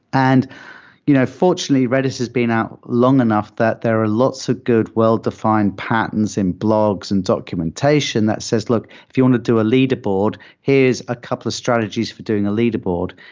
and you know fortunately, redis has been out long enough that there are lots of good well-defined patents and blogs and documentation that says, look, if you want to do a leaderboard, here's a couple of strategies for doing a leaderboard.